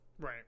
Right